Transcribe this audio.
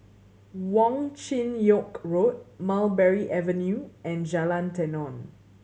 Wong Chin Yoke Road Mulberry Avenue and Jalan Tenon